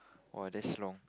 !wah! that's long